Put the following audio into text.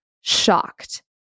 shocked